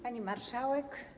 Pani Marszałek!